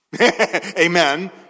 Amen